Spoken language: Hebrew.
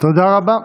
תודה רבה.